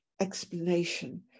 explanation